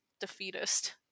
defeatist